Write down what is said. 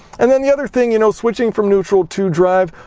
and then the other thing you know switching from neutral to drive,